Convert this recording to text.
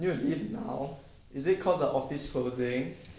you want to leave now is it cause your office closing